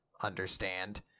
Understand